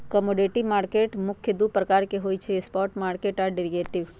commodity market मुख्य दु प्रकार के होइ छइ स्पॉट मार्केट आऽ डेरिवेटिव